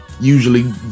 usually